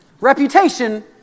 Reputation